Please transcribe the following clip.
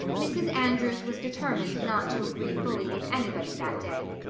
mrs. andrews was determined not to agree fully with anybody that day.